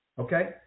Okay